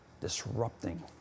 disrupting